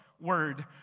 word